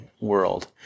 world